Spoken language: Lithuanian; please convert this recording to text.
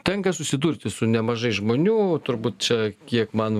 tenka susidurti su nemažai žmonių turbūt čia kiek man